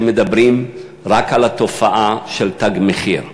שמדברים רק על התופעה של "תג מחיר".